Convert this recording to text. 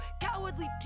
cowardly